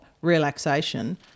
relaxation